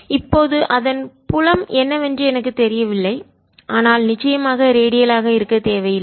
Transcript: இப்போது அதன் புலம் என்னவென்று எனக்குத் தெரியவில்லை ஆனால் நிச்சயமாக ரேடியலாக இருக்க தேவையில்லை